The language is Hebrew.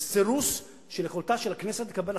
זה סירוס של יכולתה של הכנסת לקבל החלטות,